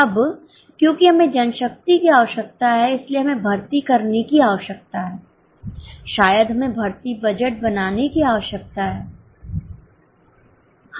अब क्योंकि हमें जनशक्ति की आवश्यकता है इसलिए हमें भर्ती करने की आवश्यकता है शायद हमें भर्ती बजट बनाने की आवश्यकता है